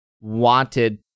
wanted